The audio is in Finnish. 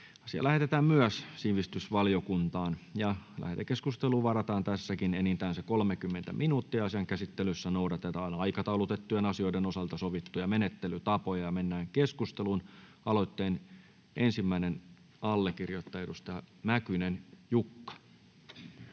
asia lähetetään valtiovarainvaliokuntaan. Lähetekeskustelua varten varataan enintään 30 minuuttia. Asian käsittelyssä noudatetaan aikataulutettujen asioiden osalta sovittuja menettelytapoja. — Avaan keskustelun. Edustaja Kaunisto, esittelypuheenvuoro.